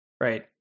right